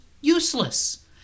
useless